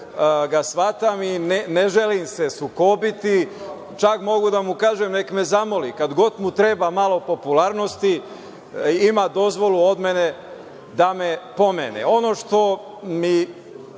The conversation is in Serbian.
ga shvatam. Ne želim se sukobiti, čak mogu da mu kaže, nek me zamoli, kad god mu treba malo popularnosti ima dozvolu od mene da me pomene. Ono što mi